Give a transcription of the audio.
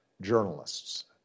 journalists